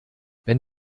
wenn